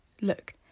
Look